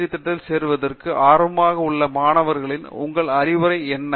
D திட்டத்தில் சேர்வதற்கு ஆர்வமாக உள்ள மாணவர்களுக்கு உங்கள் அறிவுரை என்ன